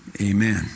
amen